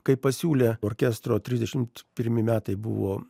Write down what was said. kai pasiūlė orkestro trisdešimt pirmi metai buvo